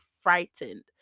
frightened